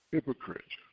Hypocrite